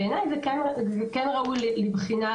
בעיניי זה דבר שראוי לבחינה,